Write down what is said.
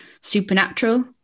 supernatural